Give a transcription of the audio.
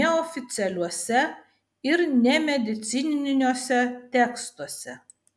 neoficialiuose ir nemedicininiuose tekstuose